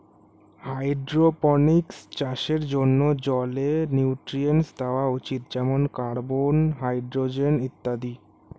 hydroponics চাষের জন্যে জলে নিউট্রিয়েন্টস দেওয়া উচিত যেমন কার্বন, হাইড্রোজেন ইত্যাদি